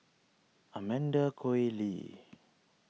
Amanda Koe Lee